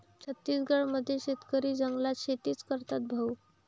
छत्तीसगड मध्ये शेतकरी जंगलात शेतीच करतात भाऊ